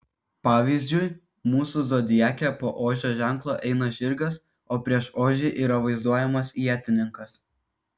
pavyzdžiui mūsų zodiake po ožio ženklo eina žirgas o prieš ožį yra vaizduojamas ietininkas